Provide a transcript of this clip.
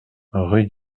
rue